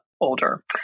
older